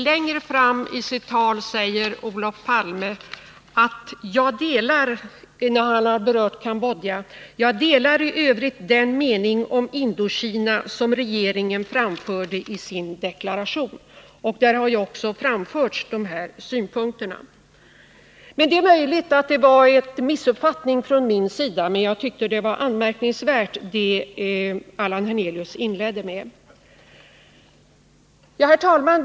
Längre fram i sitt tal sade Olof Palme, sedan han berört förhållandena i Cambodja: Jag delar i övrigt den mening om Indokina som regeringen framfört i sin deklaration. Där har också dessa synpunkter framförts. Det är möjligt att det var en missuppfattning från min sida, men jag tyckte att det som Allan Hernelius inledde sitt anförande med var anmärkningsvärt. Herr talman!